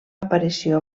aparició